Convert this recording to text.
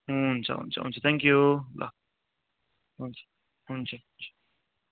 हुन्छ हुन्छ हुन्छ थ्याङ्क यू ल हुन्छ हुन्छ